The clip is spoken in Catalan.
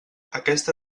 aquesta